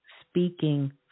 speaking